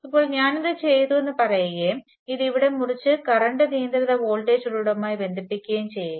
ഇപ്പോൾ ഞാൻ ഇത് ചെയ്തുവെന്ന് പറയുകയും ഇത് ഇവിടെ മുറിച്ചു കറണ്ട് നിയന്ത്രിത വോൾട്ടേജ് ഉറവിടവുമായി ബന്ധിപ്പിക്കുകയും ചെയ്യുക